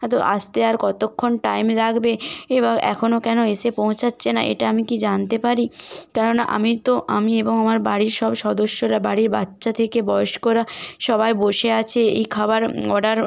হ্যাঁ তো আসতে আর কতক্ষণ টাইম লাগবে এবং এখনও কেন এসে পৌঁছাচ্ছে না এটা আমি কি জানতে পারি কেন না আমি তো আমি এবং আমার বাড়ির সব সদস্যরা বাড়ির বাচ্চা থেকে বয়স্করা সবাই বসে আছে এই খাবার অর্ডার